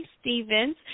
Stevens